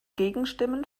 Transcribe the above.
gegenstimmen